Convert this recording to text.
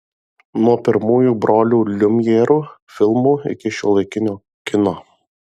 nuo pirmųjų brolių liumjerų filmų iki šiuolaikinio kino